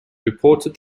reported